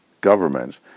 government